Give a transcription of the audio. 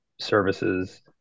services